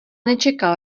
nečekal